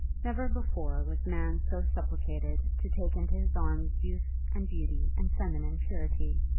never before was man so supplicated to take into his arms youth and beauty and feminine purity!